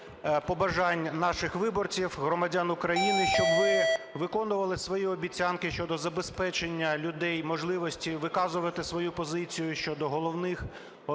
побажань наших виборців, громадян України, щоб ви виконували свої обіцянки щодо забезпечення людей можливістю виказувати свою позицію щодо головних,